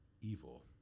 evil